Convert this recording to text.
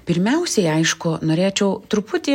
pirmiausiai aišku norėčiau truputį